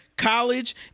college